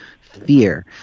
fear